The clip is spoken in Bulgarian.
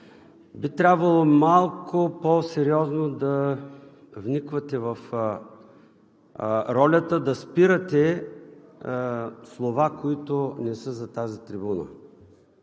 би трябвало малко по-сериозно да вниквате в ролята да спирате слова, които не са за тази трибуна.